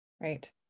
right